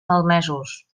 malmesos